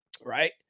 right